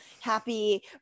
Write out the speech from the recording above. happy